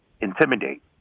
intimidate